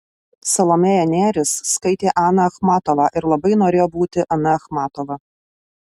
salomėja nėris skaitė aną achmatovą ir labai norėjo būti ana achmatova